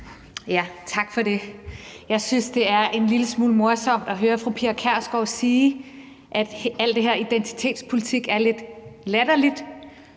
Tak for det. Jeg synes, det er en lille smule morsomt at høre fru Pia Kjærsgaard sige, at alt det her identitetspolitik er lidt latterligt,